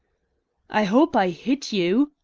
i hope i hit you!